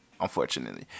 unfortunately